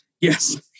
yes